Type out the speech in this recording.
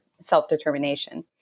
self-determination